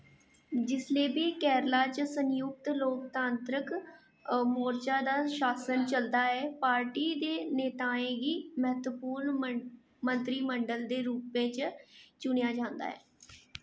जिसलै बी केरला च संयुक्त लोकतांत्रक मोर्चा दा शासन चलदा ऐ पार्टी दे नेताएं गी म्हत्तवपूर्ण मंत्रिमंडल दे रूपै च चुनेआ जांदा ऐ